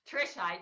Trisha